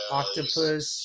octopus